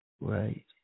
right